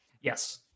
Yes